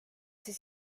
siis